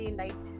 light